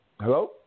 Hello